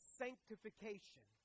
sanctification